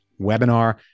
webinar